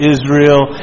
Israel